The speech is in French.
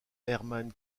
hermann